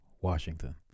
Washington